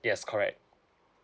yes correct